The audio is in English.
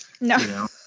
no